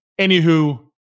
Anywho